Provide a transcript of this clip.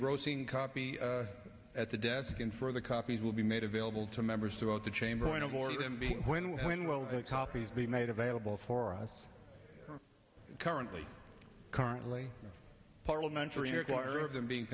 grossing copy at the desk and for the copies will be made available to members throughout the chamber and of or even be when when will the copies be made available for us currently currently parliamentary require of them being